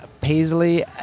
Paisley